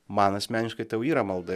man asmeniškai tai jau yra malda